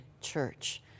Church